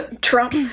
Trump